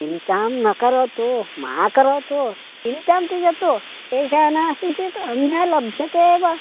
चिन्तां न करोतु मा करोतु चिन्तां त्यजतु एषा नास्ति चेत् अन्या लभ्यते एव